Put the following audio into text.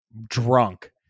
drunk